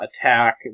attack